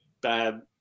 bad